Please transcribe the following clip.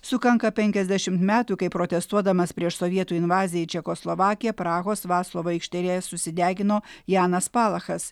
sukanka penkiasdešimt metų kai protestuodamas prieš sovietų invaziją į čekoslovakiją prahos vaclovo aikštėje susidegino janas palachas